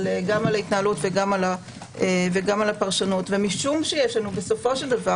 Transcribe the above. על ההתנהלות וגם על הפרשנות ומשום שיש לנו בסופו של דבר,